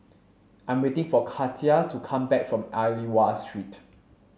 I'm waiting for Katia to come back from Aliwal Street